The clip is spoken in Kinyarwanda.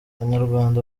banyarwanda